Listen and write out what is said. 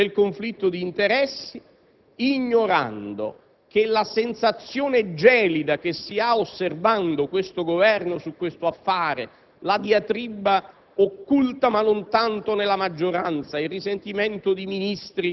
vittoria. Sento parlare, a questo proposito, di conflitto d'interessi, ignorando la sensazione gelida che si prova osservando questo Governo su questo affare, la diatriba